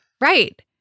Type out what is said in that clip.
Right